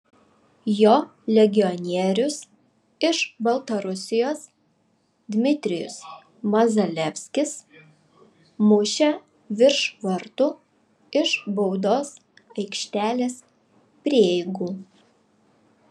jo legionierius iš baltarusijos dmitrijus mazalevskis mušė virš vartų iš baudos aikštelės prieigų